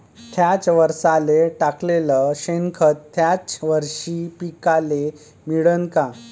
थ्याच वरसाले टाकलेलं शेनखत थ्याच वरशी पिकाले मिळन का?